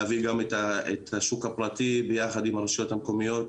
להביא את השוק הפרטי ביחד עם הרשויות המקומיות,